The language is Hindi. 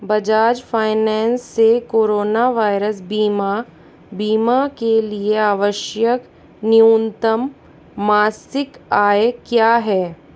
बजाज फाइनेंस से कोरोना वायरस बीमा बीमा के लिए आवश्यक न्यूनतम मासिक आय क्या है